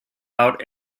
out